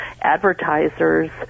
advertisers